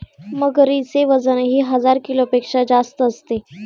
मगरीचे वजनही हजार किलोपेक्षा जास्त असते